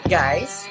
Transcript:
guys